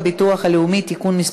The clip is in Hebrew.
מיכל רוזין, לא